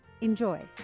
Enjoy